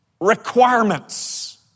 requirements